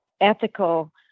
ethical